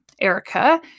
Erica